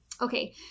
okay